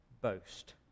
boast